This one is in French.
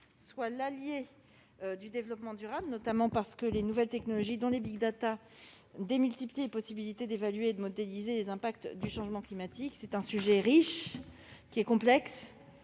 l'allié du développement durable, notamment parce que les nouvelles technologies, dont les, démultiplient les possibilités d'évaluer et de modéliser les impacts du changement climatique. Ce sujet riche et complexe